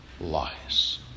lies